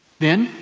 then,